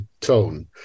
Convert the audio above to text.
tone